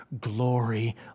glory